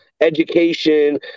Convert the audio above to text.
education